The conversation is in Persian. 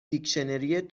دیکشنری